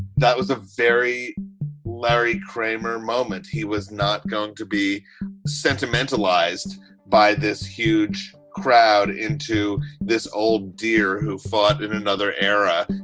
that was a very larry kramer moment. he was not going to be sentimentalized by this huge crowd into this old dear who fought in another era